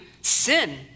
sin